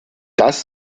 dass